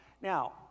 Now